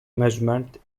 measurement